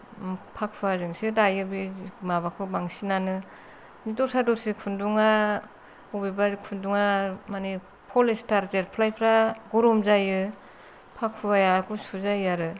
फाखुवाजोंसो दायो बे माबाखौ बांसिनानो दस्रा दस्रि खुन्दुङा मबेबा खुन्दुङा माने फलेस्तार जेटफ्लाय फ्रा गरम जायो फाखुवाया गुसु जायो आरो